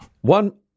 One